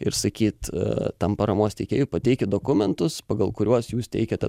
ir sakyt tam paramos teikėjui pateikit dokumentus pagal kuriuos jūs teikiate